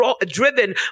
driven